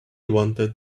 wanted